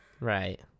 Right